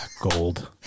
Gold